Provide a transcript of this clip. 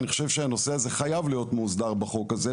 אני חושב שהנושא הזה חייב להיות מאוסדר בחוק הזה,